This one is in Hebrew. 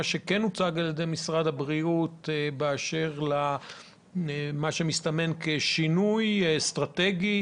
שכן הוצג על ידי משרד הבריאות באשר למה שמסתמן כשינוי אסטרטגי